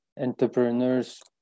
entrepreneurs